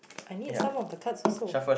I need some of the cards also